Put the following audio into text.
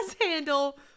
handle